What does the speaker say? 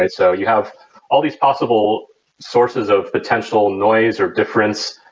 and so you have all these possible sources of potential noise or difference.